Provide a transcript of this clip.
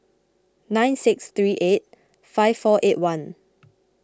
nine six three eight five four eight one